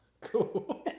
Cool